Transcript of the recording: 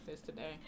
today